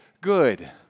good